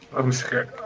i'm scared?